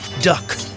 duck